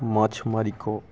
माछ मारिकऽ